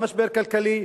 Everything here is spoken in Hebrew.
גם משבר כלכלי,